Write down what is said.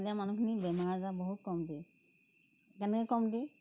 এতিয়া মানুহখিনিৰ বেমাৰ আজাৰ বহুত কমকে কেনেকে কমকে